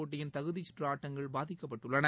போட்டியின் தகுதிச்சுற்று ஆட்டங்கள் பாதிக்கப்பட்டுள்ளன